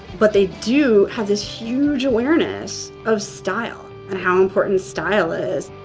but they do have this huge awareness of style and how important style is